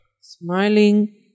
Smiling